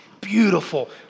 beautiful